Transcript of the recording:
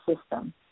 system